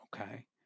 Okay